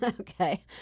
Okay